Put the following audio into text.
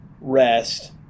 rest